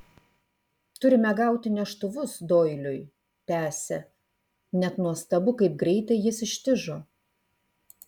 turime gauti neštuvus doiliui tęsė net nuostabu kaip greitai jis ištižo